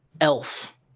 elf